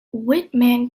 whitman